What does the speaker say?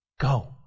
Go